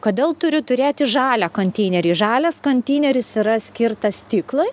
į kodėl turiu turėti žalią konteinerį žalias konteineris yra skirtas stiklui